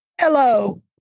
Hello